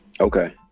Okay